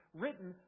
written